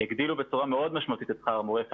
הגדילו בצורה מאוד משמעותית את שכר המורה,